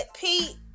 pete